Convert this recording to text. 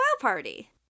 party